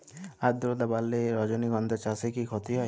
আদ্রর্তা বাড়লে রজনীগন্ধা চাষে কি ক্ষতি হয়?